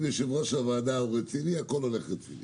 אם יושב ראש הוועדה הוא רציני הכול הולך יפה.